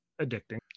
addicting